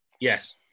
yes